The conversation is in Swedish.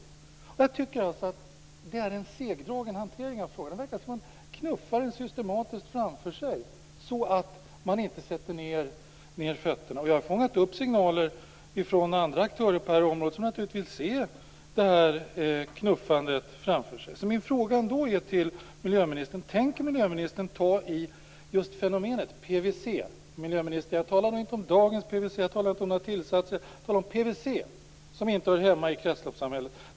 Det är en segdragen hantering av frågan. Det verkar som om man knuffar den systematiskt framför sig. Jag har fångat upp signaler från andra aktörer på området som naturligtvis ser knuffandet. Tänker miljöministern ta i fenomenet PVC? Jag talar inte om dagens PVC, jag talar inte om några tillsatser. Jag talar om PVC som inte hör hemma i kretslopssamhället.